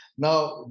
Now